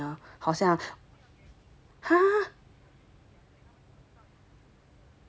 好像